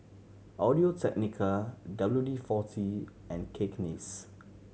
Audio Technica W D Forty and Cakenis